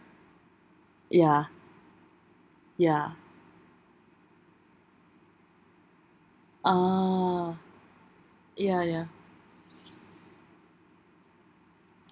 ya ya uh ya ya